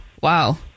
Wow